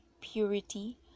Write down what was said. purity